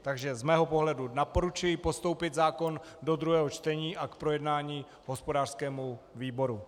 Z mého pohledu doporučuji postoupit zákon do druhého čtení a k projednání hospodářskému výboru.